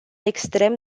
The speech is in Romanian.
extrem